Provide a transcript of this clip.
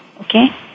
okay